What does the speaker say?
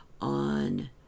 on